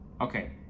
okay